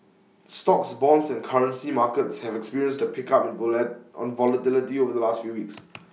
stocks bonds and currency markets have experienced A pickup in on volatility over the last few weeks